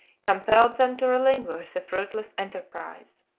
compelled them to relinquish the fruitless enterprise.